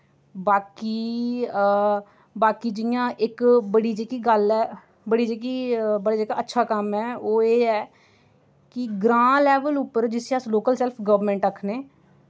बाकी हां बाकी जि'यां इक बड़ी जेह्की गल्ल ऐ बड़ी जेह्की बड़ा जेह्का अच्छा कम्म ऐ ओह् एह् ऐ कि ग्रांऽ लेवल उप्पर जिसी अस लोकल सैल्फ गवर्नमैंट आखने